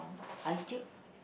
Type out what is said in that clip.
iTube